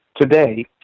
today